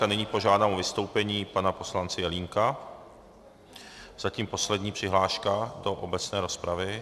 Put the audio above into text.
A nyní požádám o vystoupení pana poslance Jelínka, zatím poslední přihláška do obecné rozpravy.